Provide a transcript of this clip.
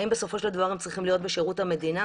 האם בסופו של דבר הם צריכים להיות בשירות המדינה?